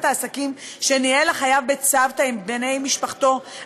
העסקים שניהל החייב בצוותא עם בני משפחתו,